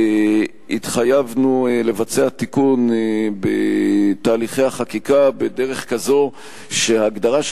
התחייבנו לבצע תיקון בתהליכי החקיקה בדרך כזו שההגדרה של